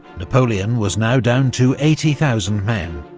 napoleon was now down to eighty thousand men,